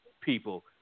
people